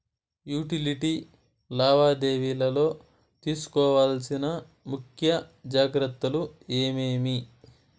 Utility లావాదేవీల లో తీసుకోవాల్సిన ముఖ్య జాగ్రత్తలు ఏమేమి?